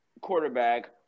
quarterback